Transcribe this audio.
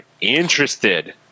interested